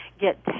get